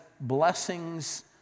blessings